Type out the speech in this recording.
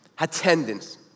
attendance